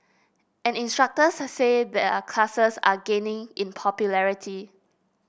and instructors say their classes are gaining in popularity